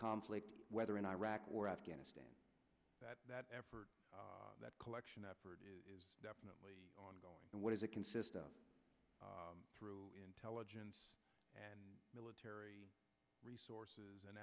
conflict whether in iraq or afghanistan that that effort that collection effort is definitely ongoing and what does it consist of through intelligence and military resources and